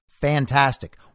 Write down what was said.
fantastic